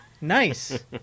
nice